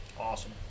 Awesome